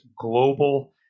global